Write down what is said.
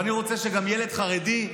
ואני רוצה שגם ילד חרדי,